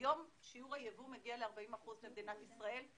היום למדינת ישראל מגיע ל-40%.